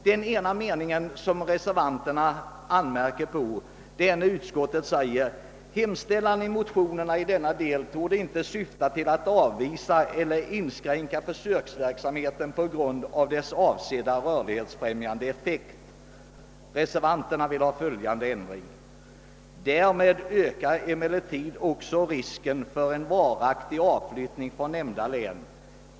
Det ena som reservanterna anmärker på är att utskottet skriver: »Hemställan i motionerna i denna del torde inte syfta till att avvisa eller inskränka försöksverksamheten på grund av dess avsedda rörlighetsfrämjande effekt.» Reservanterna vill ha följande ändring: »Därmed ökar emellertid också risken för en varaktig avflyttning från nämnda län.